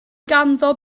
ganddo